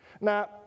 Now